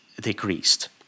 decreased